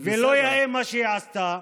לא יאה מה שהיא עשתה.